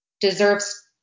deserves